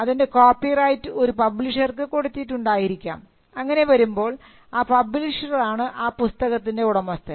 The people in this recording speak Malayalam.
അതിൻറെ കോപ്പി റൈറ്റ് ഒരു പബ്ലിഷർക്ക് കൊടുത്തിട്ടുണ്ടായിരിക്കാം അങ്ങനെ വരുമ്പോൾ ആ പബ്ലിഷർ ആണ് ആ പുസ്തകത്തിൻറെ ഉടമസ്ഥൻ